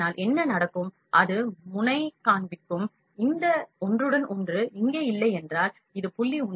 அதனால்என்ன நடக்கும் அது முனை காண்பிக்கும் இந்த ஒன்றுடன் ஒன்று இங்கே இல்லையென்றால் இது 0